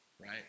right